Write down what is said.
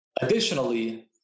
Additionally